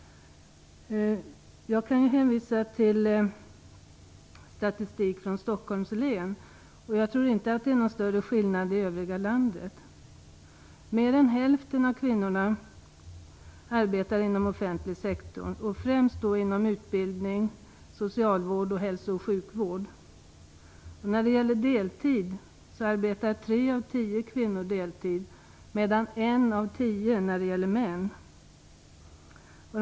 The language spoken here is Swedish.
Jag kan hänvisa till statistik från Stockholms län, och jag tror inte att den skiljer så mycket från övriga landets. Mer än hälften av kvinnorna arbetar inom den offentliga sektorn, främst inom utbildning, socialvård samt hälso och sjukvård. Tre av tio kvinnor arbetar deltid medan en av tio gäller för männen.